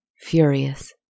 furious